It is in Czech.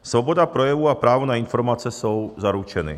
Svoboda projevu a právo na informace jsou zaručeny.